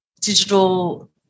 digital